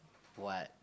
what